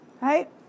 right